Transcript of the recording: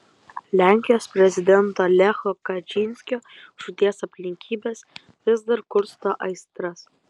lenkijos prezidento lecho kačynskio žūties aplinkybės vis dar kursto aistras